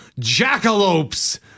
Jackalopes